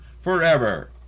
forever